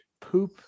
poop